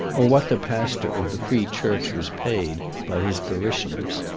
or what the pastor of the free church was paid by his parishioners.